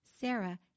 Sarah